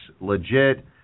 legit